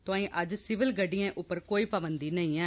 तोआई अज्ज सीविल गड्डीयें उप्पर कोई पाबंधी नेंई ऐ